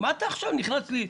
מה אתה עכשיו נכנס לי לחרדה?